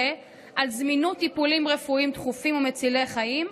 על זמינות טיפולים רפואיים דחופים ומצילי חיים.